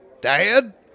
Dad